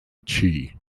chi